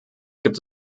gibt